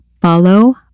follow